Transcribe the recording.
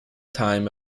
time